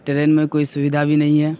train میں کوئی سویدھا بھی نہیں ہے